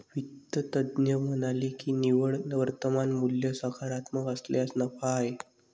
वित्त तज्ज्ञ म्हणाले की निव्वळ वर्तमान मूल्य सकारात्मक असल्यास नफा आहे